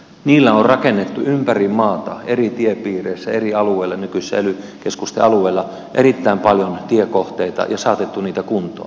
niillä on rakennettu ympäri maata eri tiepiireissä eri alueilla nykyisten ely keskusten alueilla erittäin paljon tiekohteita ja saatettu niitä kuntoon